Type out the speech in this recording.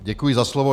Děkuji za slovo.